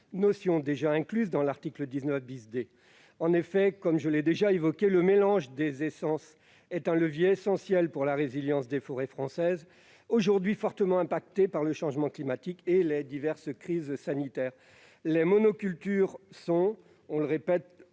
notion déjà incluse dans l'article 19 D. Comme je l'ai déjà souligné, le mélange des essences est un levier essentiel de la résilience des forêts françaises, fortement impactées par le changement climatique et les diverses crises sanitaires. Les monocultures, plus